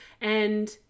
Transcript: And-